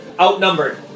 outnumbered